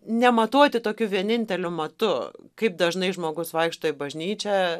nematuoti tokiu vieninteliu matu kaip dažnai žmogus vaikšto į bažnyčią